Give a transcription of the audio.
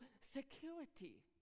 security